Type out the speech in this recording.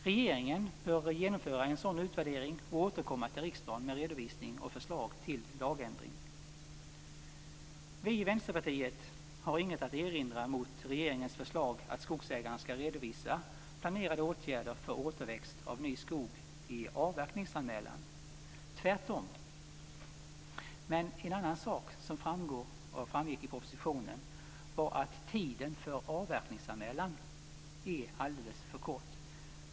Regeringen bör genomföra en sådan utvärdering och återkomma till riksdagen med redovisning och förslag till lagändring. Vi i Vänsterpartiet har inget att erinra mot regeringens förslag att skogsägaren skall redovisa planerade åtgärder för återväxt av ny skog i avverkningsanmälan, tvärtom. Men en annan sak som framgick i propositionen var att tiden för avverkningsanmälan är alldeles för kort.